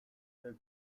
del